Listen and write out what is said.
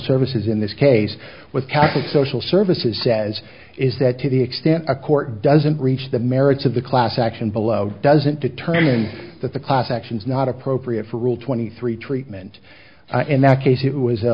services in this case with catholic social services says is that to the extent a court doesn't reach the merits of the class action below doesn't determine that the class action is not appropriate for rule twenty three treatment in that case it was a